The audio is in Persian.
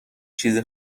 چیز